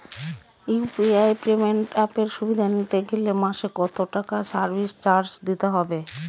UPI payment অ্যাপের সুবিধা নিতে গেলে মাসে কত টাকা সার্ভিস চার্জ দিতে হবে?